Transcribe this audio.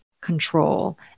control